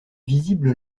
visible